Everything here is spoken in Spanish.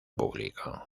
público